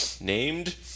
Named